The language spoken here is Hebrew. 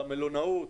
למלונאות,